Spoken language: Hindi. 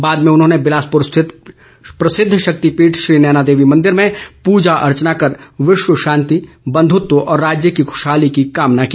बाद में उन्होंने बिलासपुर स्थित प्रसिद्ध शक्तिपीठ ैश्री नयना देवी मंदिर में पूजा अर्चना कर विश्व शांति बंधुत्व और राज्य की खुशहाली की कामना की